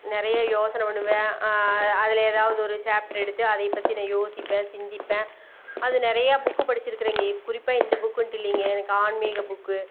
நிறைய யோசனை பண்ணுவேன் அதில் ஏதாவது ஒரு சாப்ட்டர் எடுத்து அதை பற்றி நான் யோசிப்பேன் சிந்திப்பேன் அது நிறையா புக்கு படித்திருக்குறேங்க குறிப்பாக இந்த புக்குன்ட்டு இல்லைங்க எனக்கு ஆன்மீக புக்கு